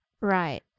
Right